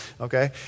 Okay